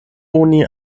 oni